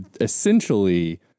essentially